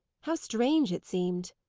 how strange it seemed!